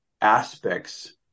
aspects